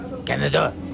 Canada